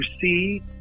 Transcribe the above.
see